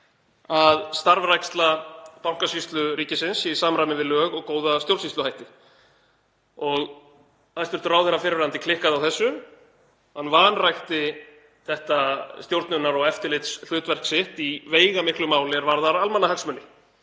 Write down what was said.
að starfræksla Bankasýslu ríkisins sé í samræmi við lög og góða stjórnsýsluhætti. Hæstv. fyrrverandi ráðherra klikkaði á þessu. Hann vanrækti þetta stjórnunar- og eftirlitshlutverk sitt í veigamiklu máli er varðar almannahagsmuni